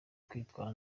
kwitwara